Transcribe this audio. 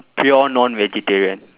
pure non-vegetarian